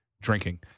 drinking